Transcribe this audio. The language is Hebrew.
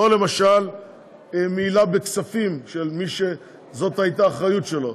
למשל מעילה בכספים של מי שזאת הייתה האחריות שלו.